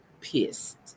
pissed